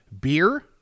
beer